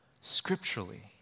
scripturally